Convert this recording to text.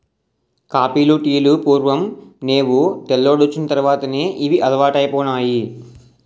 కాపీలు టీలు పూర్వం నేవు తెల్లోడొచ్చిన తర్వాతే ఇవి అలవాటైపోనాయి